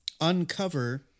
Uncover